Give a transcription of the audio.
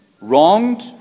wronged